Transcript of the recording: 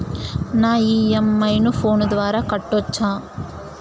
నా ఇ.ఎం.ఐ ను ఫోను ద్వారా కట్టొచ్చా?